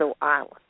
Island